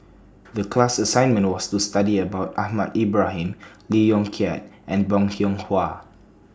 The class assignment was to study about Ahmad Ibrahim Lee Yong Kiat and Bong Hiong Hwa